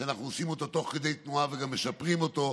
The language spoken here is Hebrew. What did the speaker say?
ואנחנו עושים אותו תוך כדי תנועה וגם משפרים אותו.